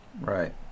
Right